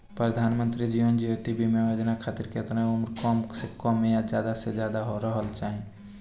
प्रधानमंत्री जीवन ज्योती बीमा योजना खातिर केतना उम्र कम से कम आ ज्यादा से ज्यादा रहल चाहि?